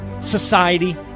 Society